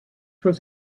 was